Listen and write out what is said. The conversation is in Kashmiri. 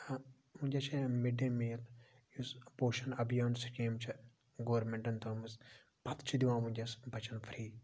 ونکیٚس چھ مِڈ ڈے میٖل یُس پوشَن ابیان سِکیٖم چھےٚ گورمنٹن تھٲومٕژ بَتہٕ چھِ دِوان ونکیٚس بَچَن فری